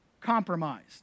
compromised